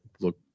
look